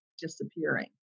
disappearing